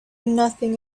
nothing